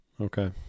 okay